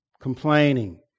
complaining